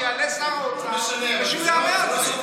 שיעלה שר האוצר ושהוא יענה על זה.